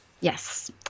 Yes